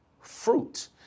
fruit